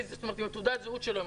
עם תעודת הזהות שלו,